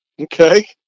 Okay